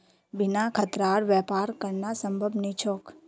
बिना खतरार व्यापार करना संभव नी छोक